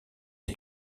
est